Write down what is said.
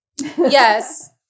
yes